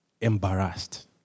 embarrassed